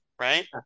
right